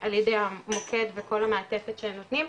על ידי המוקד וכל המעטפת שהם נותנים,